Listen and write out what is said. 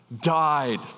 died